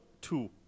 two